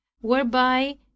whereby